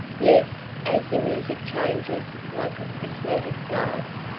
yes as the music changes, like a prismatic glass,